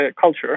culture